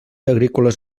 agrícoles